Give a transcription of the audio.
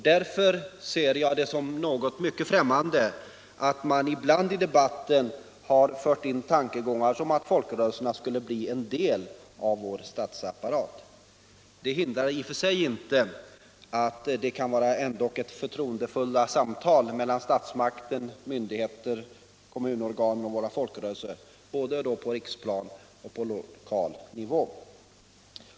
Därför ser jag det som något mycket främmande att man ibland i debatten har fört in sådana tankegångar som att folkrörelserna skulle bli en del av vår statsapparat. Det hindrar i och för sig inte förtroendefulla samtal mellan statsmakt, myndigheter, kommunorgan och folkrörelser — både på riksplan och på lokal nivå.